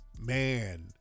man